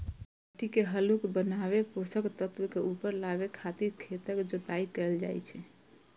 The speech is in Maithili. माटि के हल्लुक बनाबै, पोषक तत्व के ऊपर लाबै खातिर खेतक जोताइ कैल जाइ छै